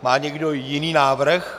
Má někdo jiný návrh?